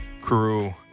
crew